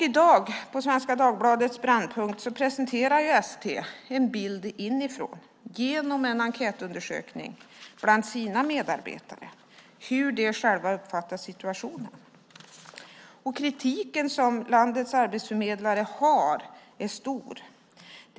I dag på Svenska Dagbladets Brännpunkt presenterar ST en bild inifrån genom en enkätundersökning bland sina medarbetare om hur de själva uppfattar situationen. Kritiken som landets arbetsförmedlare framför är omfattande.